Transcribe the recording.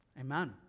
amen